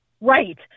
Right